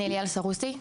אני ליאל סרוסי,